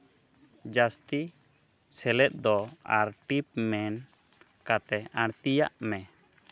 ᱡᱟᱹᱥᱛᱤ ᱥᱮᱞᱮᱫ ᱫᱚ ᱟᱨ ᱴᱤᱯᱢᱮᱢ ᱠᱟᱛᱮ ᱟᱬᱛᱤᱭᱟᱜ ᱢᱮ